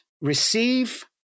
receive